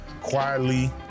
quietly